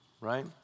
Right